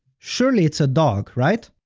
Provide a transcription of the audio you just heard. surely it's a dog, right?